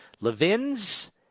Levin's